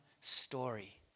story